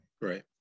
Right